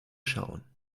schauen